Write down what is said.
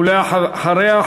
ואחריה,